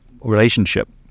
relationship